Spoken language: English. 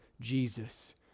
Jesus